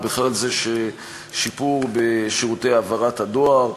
ובכלל זה שיפור בשירותי העברת הדואר.